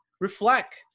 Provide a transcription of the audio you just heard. reflect